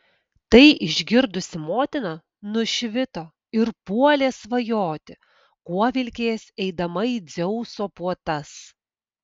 tai išgirdusi motina nušvito ir puolė svajoti kuo vilkės eidama į dzeuso puotas